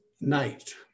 night